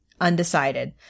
undecided